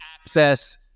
access